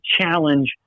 challenge